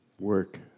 Work